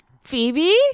Phoebe